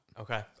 Okay